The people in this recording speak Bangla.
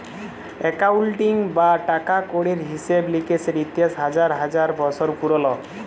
একাউলটিং বা টাকা কড়ির হিসেব লিকেসের ইতিহাস হাজার হাজার বসর পুরল